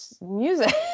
music